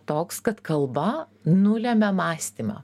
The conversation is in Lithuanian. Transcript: toks kad kalba nulemia mąstymą